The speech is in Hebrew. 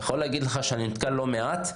אני יכול להגיד לך שאני נתקע לא מעט.